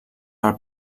per